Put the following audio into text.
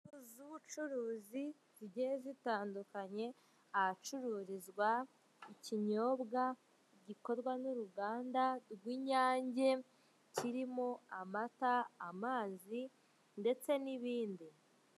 Inzu z'ubucuruzi zigiye zitandukanye, ahacururizwa ikinyobwa gikorwa n'uruganda rw'inyange kirimo; amata, amazi ndetse n'ibindi.